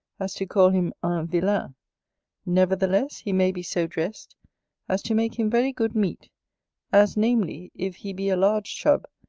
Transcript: as to call him un villain nevertheless he may be so dressed as to make him very good meat as, namely, if he be a large chub,